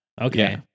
Okay